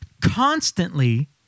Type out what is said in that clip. constantly